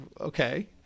okay